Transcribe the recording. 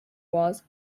was